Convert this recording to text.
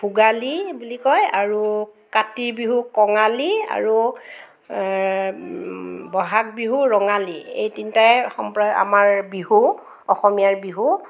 ভোগালী বুলি কয় আৰু কাতি বিহু কঙালী আৰু বহাগ বিহু ৰঙালী এই তিনিটাই সম্প আমাৰ বিহু অসমীয়াৰ বিহু